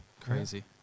Crazy